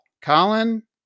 colin